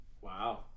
wow